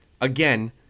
again